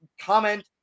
comment